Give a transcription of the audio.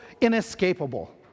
inescapable